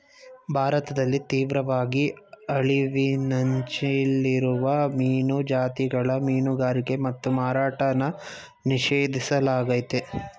ಭಾರತದಲ್ಲಿ ತೀವ್ರವಾಗಿ ಅಳಿವಿನಂಚಲ್ಲಿರೋ ಮೀನು ಜಾತಿಗಳ ಮೀನುಗಾರಿಕೆ ಮತ್ತು ಮಾರಾಟನ ನಿಷೇಧಿಸ್ಲಾಗಯ್ತೆ